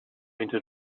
into